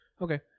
Okay